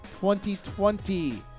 2020